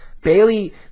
Bailey